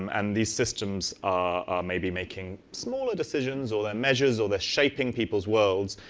and these systems are maybe making smaller decisions or measures or shaping people's worlds.